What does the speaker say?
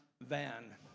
van